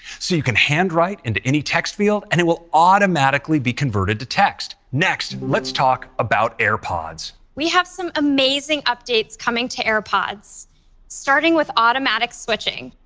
so you can hand write into any text field and it will automatically be converted into text. next, let's talk about airpods. we have some amazing updates coming to airpods starting with automatic switching.